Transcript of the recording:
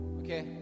okay